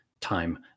time